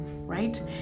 Right